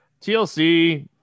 TLC